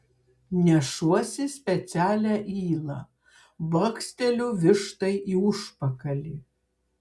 nešuosi specialią ylą bakstelsiu vištai į užpakalį